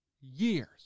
Years